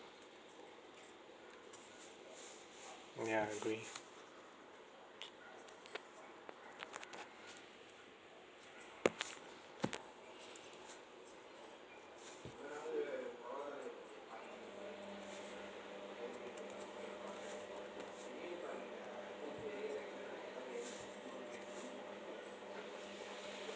ya agree